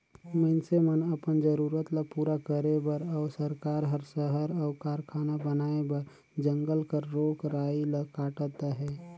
मइनसे मन अपन जरूरत ल पूरा करे बर अउ सरकार हर सहर अउ कारखाना बनाए बर जंगल कर रूख राई ल काटत अहे